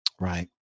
right